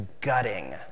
gutting